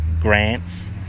grants